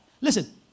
Listen